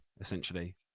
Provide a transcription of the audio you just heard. essentially